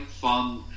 fun